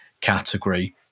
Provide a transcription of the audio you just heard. category